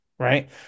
Right